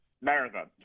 Marathon